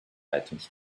items